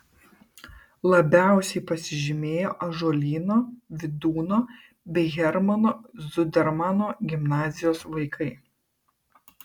labiausiai pasižymėjo ąžuolyno vydūno bei hermano zudermano gimnazijos vaikai